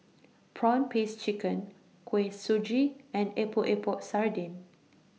Prawn Paste Chicken Kuih Suji and Epok Epok Sardin